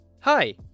Hi